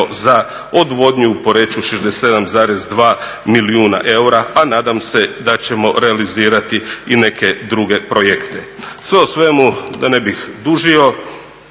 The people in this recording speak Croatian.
za odvodnju u Poreču 67,2 milijuna eura, a nadam se da ćemo realizirati i neke druge projekte. Sve u svemu, da ne bih dužio,